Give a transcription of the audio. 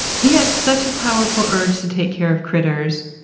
he has such a powerful urge to take care of critters,